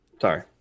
Sorry